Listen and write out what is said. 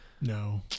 No